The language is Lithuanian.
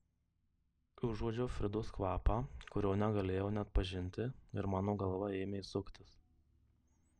užuodžiau fridos kvapą kurio negalėjau neatpažinti ir mano galva ėmė suktis